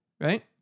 right